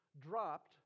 dropped